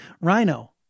Rhino